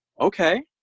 okay